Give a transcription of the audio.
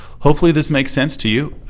hopefully this makes sense to you.